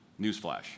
Newsflash